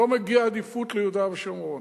לא מגיעה עדיפות ליהודה ושומרון.